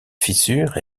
fissure